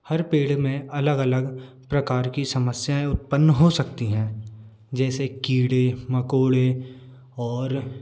हर पेड़ में अलग अलग प्रकार की समस्याआएँ उत्पन्न हो सकती हैं जैसे कीड़े मकोड़े और